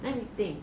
let me think